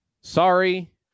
sorry